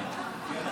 נתקבלה.